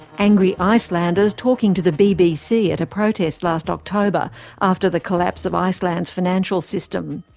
angry icelanders talking to the bbc at a protest last october after the collapse of iceland's financial system.